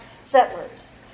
settlers